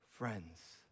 Friends